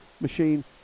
machine